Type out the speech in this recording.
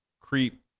creep